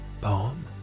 poem